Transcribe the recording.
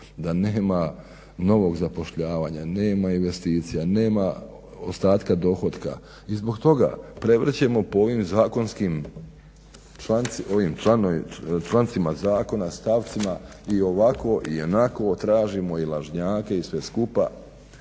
da nema novog zapošljavanja, nema investicija, nema ostatka dohotka i zbog toga prevrćemo po ovim zakonskim, ovim člancima zakona, stavcima i ovako i onako tražimo i lažnjake i sve skupa,